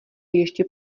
ještě